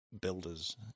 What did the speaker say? builders